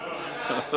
לא.